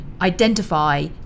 identify